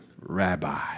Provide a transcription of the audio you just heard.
Rabbi